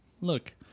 Look